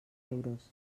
euros